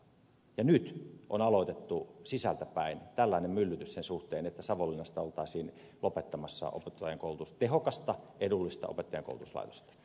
nyt on aloitettu sisältäpäin tällainen myllytys sen suhteen että savonlinnasta oltaisiin lopettamassa opettajankoulutusta tehokasta edullista opettajankoulutuslaitosta